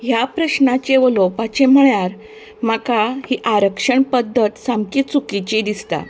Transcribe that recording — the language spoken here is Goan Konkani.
ह्या प्रश्नाचेर उलोवपाचें म्हळ्यार म्हाका ही आरक्षण पध्दत सामकी चुकिचीशी दिसता